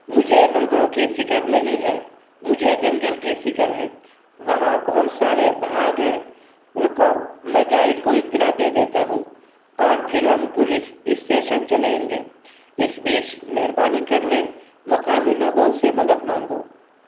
مجھے لوگوں کی فکر نہیں ہے مجھے جنگل کی فکر ہے وہاں بہت سارے باگھ ہیں رکو میں گائڈ کو اطلاع دے دیتا ہوں اور پھر ہم پولیس اسٹیشن چلیں گے اس بیچ مہربانی کر لیں مقامی لوگوں سے مدد مانگو